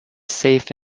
safe